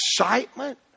excitement